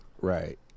Right